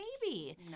baby